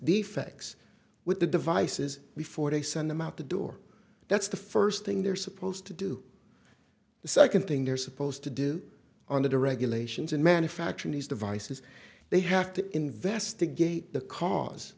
effects with the devices before they send them out the door that's the first thing they're supposed to do the second thing they're supposed to do under the regulations in manufacturing these devices they have to investigate the cause